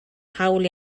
hawl